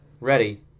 ready